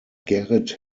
gerrit